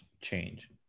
change